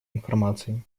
информации